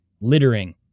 littering